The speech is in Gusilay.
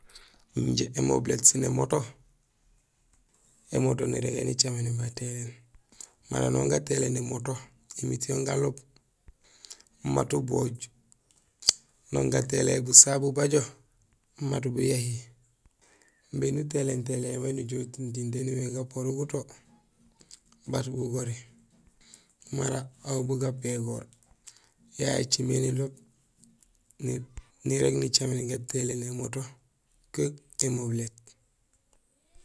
Injé émobilét sén émoto, émoto nirégé nicaméné gatéyiléén; mara on gatéyiléén émoto, émiit yon galub mat ubooj, no gatéyiléén busaha bubajo mat buyahi, imbi nutéyléén téyléén nujoow utiiŋ taan umimé gapoor uguto bat gugori mara aw bu gapégoor. Yayé écimé nirok nirég nicaméné émoto que émobilét.